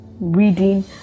reading